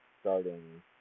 starting